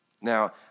Now